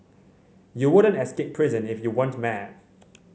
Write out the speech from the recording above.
you wouldn't escape prison if you weren't mad